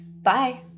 Bye